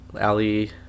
Ali